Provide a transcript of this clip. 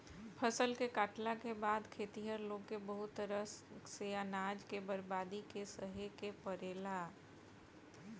फसल के काटला के बाद खेतिहर लोग के बहुत तरह से अनाज के बर्बादी के सहे के पड़ेला